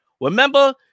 Remember